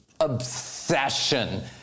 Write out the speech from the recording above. obsession